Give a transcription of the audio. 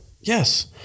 Yes